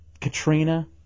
Katrina